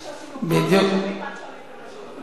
כפי שעשינו כל השנים לפני שעליתם לשלטון.